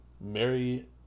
Mary